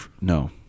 No